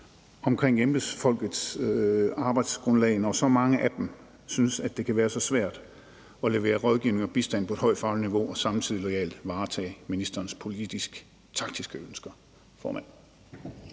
omkring embedsfolk årets arbejdsgrundlag, når så mange af dem synes, at det kan være så svært at levere rådgivning og bistand på et højt fagligt niveau og samtidig loyalt varetage ministerens politiske, taktiske ønsker.